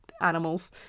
animals